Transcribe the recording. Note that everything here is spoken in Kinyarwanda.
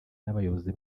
n’abayobozi